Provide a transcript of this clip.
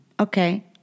okay